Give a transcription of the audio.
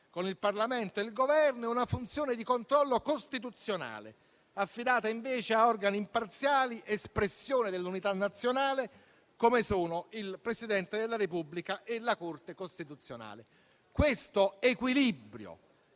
con il Parlamento e il Governo, ed una funzione di controllo costituzionale, affidata, invece, a organi imparziali, espressione dell'unità nazionale, quali il Presidente della Repubblica e la Corte costituzionale. Questo equilibrio,